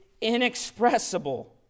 inexpressible